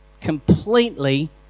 completely